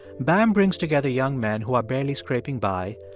bam brings together young men who are barely scraping by.